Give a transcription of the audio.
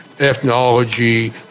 ethnology